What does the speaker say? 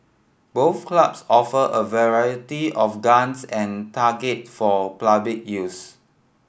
both clubs offer a variety of guns and targets for use